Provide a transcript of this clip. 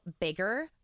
bigger